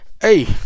Hey